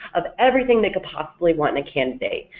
of everything they could possibly want in a candidate.